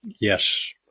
Yes